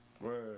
Right